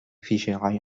fischerei